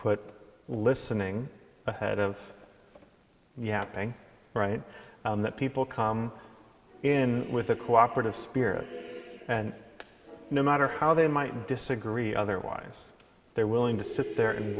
put listening ahead of yapping right on that people come in with a cooperative spirit and no matter how they might disagree otherwise they're willing to sit there and